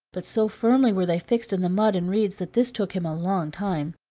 but so firmly were they fixed in the mud and reeds that this took him a long time.